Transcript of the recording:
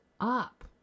up